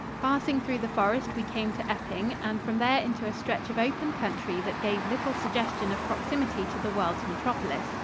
passing through the forest, we came to epping, and from there into a stretch of open country that gave little suggestion of proximity to the world's metropolis.